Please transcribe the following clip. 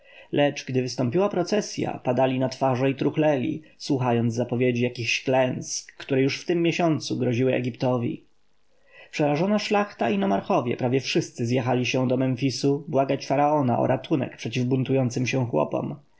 lecz gdy wystąpiła procesja padali na twarze i truchleli słuchając zapowiedzi jakichś klęsk które już w tym miesiącu groziły egiptowi przerażona szlachta i nomarchowie prawie wszyscy zjechali się do memfisu błagać faraona o ratunek przeciw buntującym się chłopom